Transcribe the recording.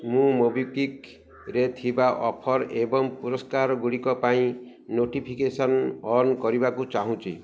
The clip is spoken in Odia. ମୁଁ ମୋବିକ୍ଵିକ୍ରେ ଥିବା ଅଫର୍ ଏବଂ ପୁରସ୍କାରଗୁଡ଼ିକ ପାଇଁ ନୋଟିଫିକେସନ୍ ଅନ୍ କରିବାକୁ ଚାହୁଁଛି